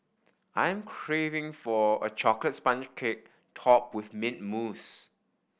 I am craving for a chocolate sponge cake topped with mint mousse